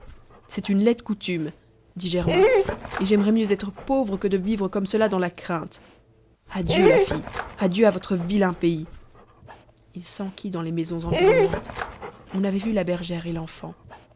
c'est une laide coutume dit germain et j'aimerais mieux être pauvre que de vivre comme cela dans la crainte adieu la fille adieu à votre vilain pays il s'enquit dans les maisons environnantes on avait vu la bergère et l'enfant